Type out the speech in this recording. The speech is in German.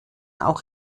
auch